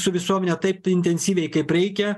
su visuomene taip intensyviai kaip reikia